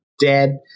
dead